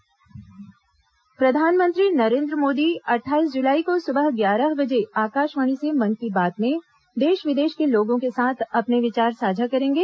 मन की बात प्रधानमंत्री नरेन्द्र मोदी अट्ठाईस जुलाई को सुबह ग्यारह बजे आकाशवाणी से मन की बात में देश विदेश के लोगों के साथ अपने विचार साझा करेंगे